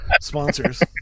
sponsors